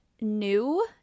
new